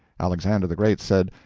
alexander the great said,